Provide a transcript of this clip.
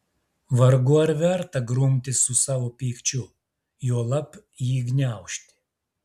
vargu ar verta grumtis su savo pykčiu juolab jį gniaužti